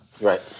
Right